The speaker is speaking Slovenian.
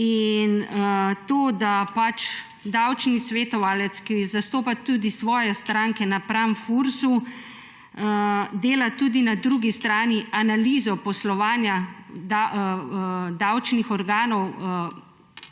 Da davčni svetovalec, ki zastopa tudi svoje stranke napram Fursu, dela tudi na drugi strani analizo poslovanja davčnih organov